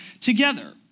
together